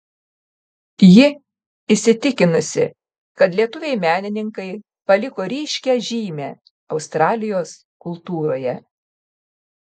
ji įsitikinusi kad lietuviai menininkai paliko ryškią žymę australijos kultūroje